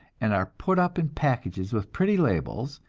and are put up in packages with pretty labels,